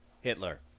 Hitler